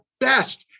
best